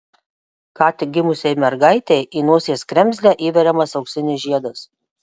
ką tik gimusiai mergaitei į nosies kremzlę įveriamas auksinis žiedas